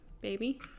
baby